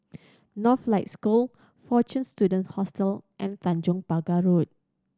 Northlight School Fortune Students Hostel and Tanjong Pagar Road